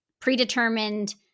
predetermined